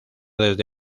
desde